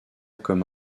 comme